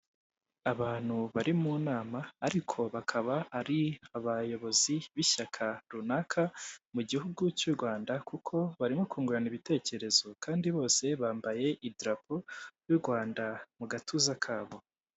Abantu bari munama ariko bakaba ari abayobozi b'ishyaka runaka, mugihugu cy'urwanda kuko bari no kungurana ibitekerezo kandi bose bambaye idarapo ry'Urwanda mu gatuza kabo.